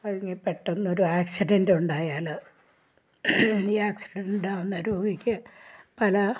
അല്ലെങ്കിൽ പെട്ടെന്ന് ഒരു ആക്സിഡൻറ് ഉണ്ടായാൽ ഈ ആക്സിഡൻറ് ആവുന്ന രോഗിക്ക് പല